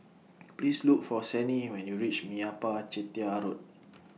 Please Look For Sannie when YOU REACH Meyappa Chettiar Road